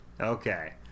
okay